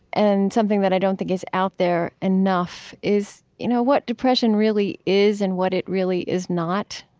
and something that i don't think is out there enough, is you know what depression really is and what it really is not.